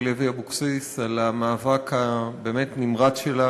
לוי אבקסיס על המאבק הבאמת-נמרץ שלה